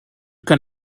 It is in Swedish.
kan